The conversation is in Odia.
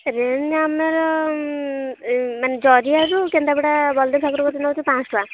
ରେଞ୍ଜ ମ୍ୟାମ୍ ଆମର ମାନେ ଜରିଆରୁ କେନ୍ଦ୍ରାପଡ଼ା ବଳ ଦେଇ ଠାକୁର ନେଉଛୁ ପାଞ୍ଚଶହ ଟଙ୍କା